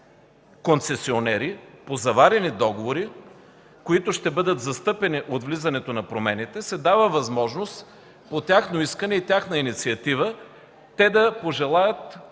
концесионери по заварени договори, които ще бъдат застъпени от влизането на промените, се дава възможност по тяхно искане и инициатива те да пожелаят